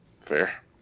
Fair